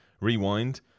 Rewind